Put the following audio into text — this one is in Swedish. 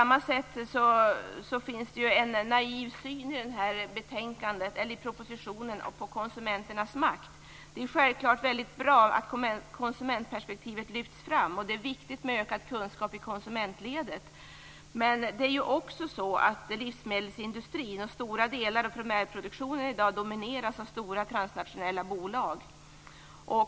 Det finns också en naiv syn i propositionen på konsumenternas makt. Det är självklart mycket bra att konsumentperspektivet lyfts fram. Det är också viktigt med ökad kunskap i konsumentledet. Men livsmedelsindustrin och stora delar av primärproduktionen domineras i dag av stora transnationella bolag.